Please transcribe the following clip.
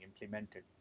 implemented